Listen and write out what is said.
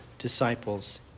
disciples